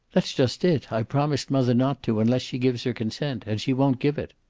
that's just it. i've promised mother not to, unless she gives her consent. and she won't give it.